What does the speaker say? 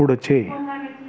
पुढचे